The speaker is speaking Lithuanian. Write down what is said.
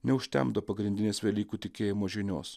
neužtemdo pagrindinės velykų tikėjimo žinios